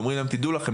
ואומרים להם: תדעו לכם,